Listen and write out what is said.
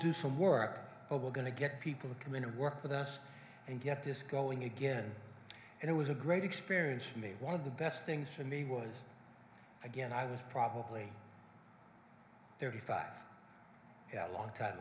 do some work oh we're going to get people to come in and work with us and get this going again and it was a great experience for me one of the best things for me was again i was probably thirty five that long ti